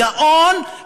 הגאון,